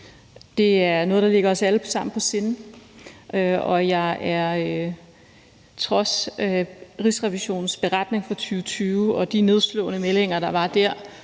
Det er noget, der ligger os alle sammen på sinde, og jeg er trods Rigsrevisionens beretning fra 2020 og de nedslående meldinger, der var der,